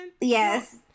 Yes